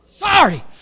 Sorry